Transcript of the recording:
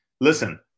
listen